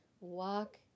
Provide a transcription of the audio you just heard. walk